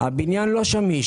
הבניין לא שמיש.